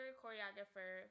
choreographer